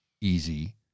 easy